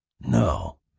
No